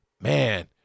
man